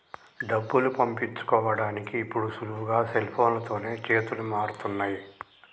డబ్బులు పంపించుకోడానికి ఇప్పుడు సులువుగా సెల్ఫోన్లతోనే చేతులు మారుతున్నయ్